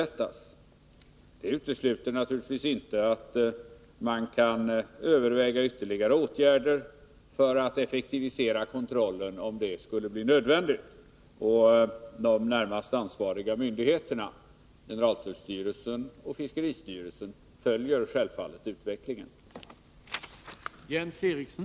Det här utesluter naturligtvis inte att man kan överväga ytterligare åtgärder för att effektivisera kontrollen, om så skulle bli nödvändigt. De närmast ansvariga myndigheterna, generaltullstyrelsen och fiskeristyrelsen, följer självfallet utvecklingen.